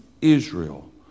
Israel